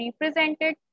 represented